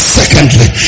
secondly